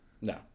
No